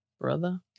brother